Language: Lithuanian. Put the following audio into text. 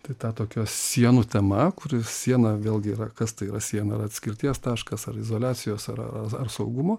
tai ta tokia sienų tema kur siena vėlgi yra kas tai yra siena ar atskirties taškas ar izoliacijos ar ar saugumo